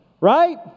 right